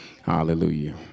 Hallelujah